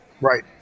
Right